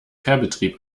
fährbetrieb